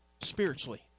spiritually